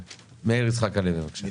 מאיר יצחק הלוי, בבקשה.